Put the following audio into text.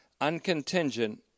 uncontingent